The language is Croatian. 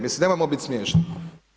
Mislim nemojmo biti smješni.